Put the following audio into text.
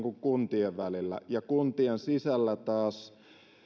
kuntien välillä ja kuntien sisällä taas